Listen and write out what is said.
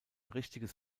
richtiges